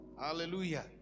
hallelujah